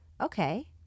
Okay